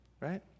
right